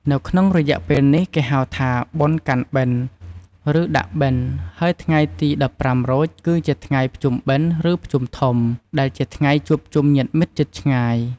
ក្នុងរយៈពេលនេះ គេហៅថា "បុណ្យកាន់បិណ្ឌ" ឬ "ដាក់បិណ្ឌ" ហើយថ្ងៃទី ១៥រោច គឺជាថ្ងៃ "ភ្ជុំបិណ្ឌ" ឬ "ភ្ជុំធំ" ដែលជាថ្ងៃជួបជុំញាតិមិត្តជិតឆ្ងាយ។